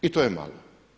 I to je malo.